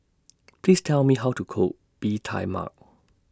Please Tell Me How to Cook Bee Tai Mak